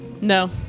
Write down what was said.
No